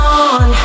on